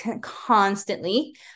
constantly